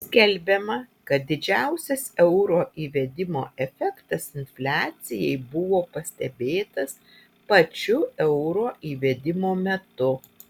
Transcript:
skelbiama kad didžiausias euro įvedimo efektas infliacijai buvo pastebėtas pačiu euro įvedimo metu